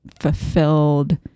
fulfilled